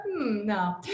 no